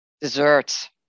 Desserts